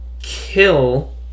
kill